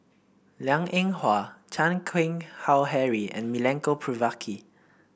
Liang Eng Hwa Chan Keng Howe Harry and Milenko Prvacki